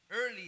early